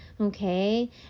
okay